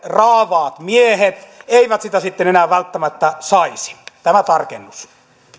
raavaat miehet eivät sitä sitten enää välttämättä saisi tämä tarkennus